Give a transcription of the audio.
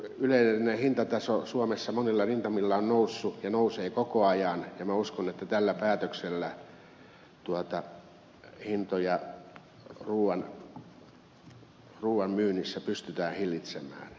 yleinen hintataso suomessa monilla rintamilla on noussut ja nousee koko ajan ja minä uskon että tällä päätöksellä hintoja ruuan myynnissä pystytään hillitsemään